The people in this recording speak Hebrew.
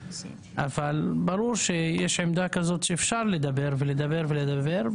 אבל ברור שיש עמדה כזאת שאפשר לדבר ולדבר ולדבר,